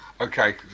Okay